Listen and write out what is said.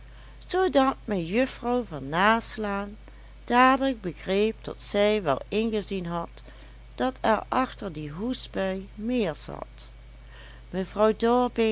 zoodat mejuffrouw van naslaan dadelijk begreep dat zij wel ingezien had dat er achter die hoestbui meer zat mevrouw